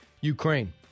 Ukraine